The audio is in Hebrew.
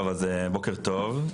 בוקר טוב,